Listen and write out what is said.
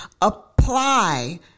apply